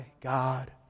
God